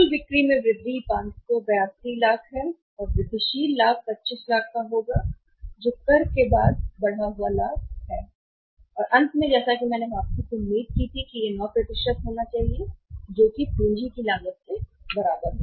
कुल बिक्री में वृद्धि 582 लाख सही और वृद्धिशील लाभ होगी 25 लाख होगा जो कि कर के बाद बढ़ा हुआ लाभ है और अंत में जैसा कि मैंने वापसी की उम्मीद की थी 9 होना चाहिए जो पूंजी की लागत के बराबर है